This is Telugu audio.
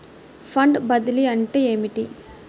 ఫండ్ బదిలీ అంటే ఏమిటి?